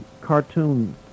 cartoon